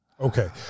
Okay